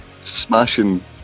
smashing